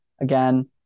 again